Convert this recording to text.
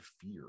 fear